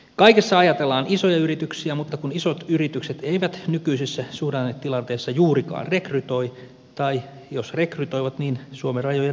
kaikessa ajatellaan isoja yrityksiä mutta kun isot yritykset eivät nykyisessä suhdannetilanteessa juurikaan rekrytoi tai jos rekrytoivat niin suomen rajojen ulkopuolella